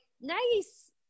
nice